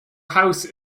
house